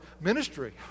ministry